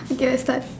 okay I start